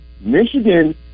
Michigan